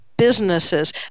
Businesses